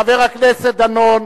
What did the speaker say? חבר הכנסת דנון.